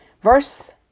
Verse